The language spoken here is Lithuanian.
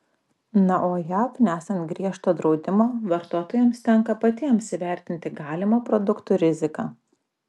na o jav nesant griežto draudimo vartotojams tenka patiems įvertinti galimą produktų riziką